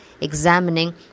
examining